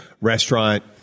restaurant